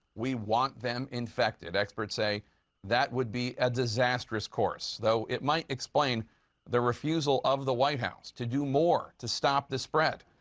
we want them infected. experts say that would be a disastrous course, though it might explain the refusal of the white house to do more to stop the spread.